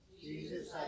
Jesus